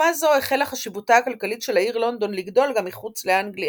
בתקופה זו החלה חשיבותה הכלכלית של העיר לונדון לגדול גם מחוץ לאנגליה.